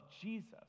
Jesus